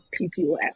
PCOS